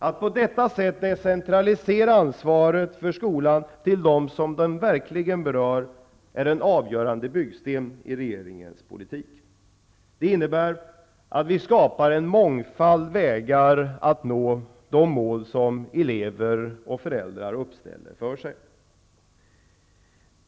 Att på detta sätt decentralisera ansvaret för skolan till dem som den verkligen berör är den avgörande byggstenen i regeringens politik. Det innebär att vi skapar en mångfald vägar när det gäller att nå de mål som elever och föräldrar sätter upp för sig.